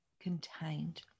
contained